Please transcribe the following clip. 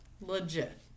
Legit